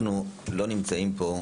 אנחנו לא נמצאים פה,